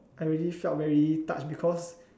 I really felt very touched because